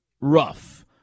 rough